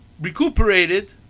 recuperated